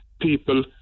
people